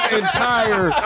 entire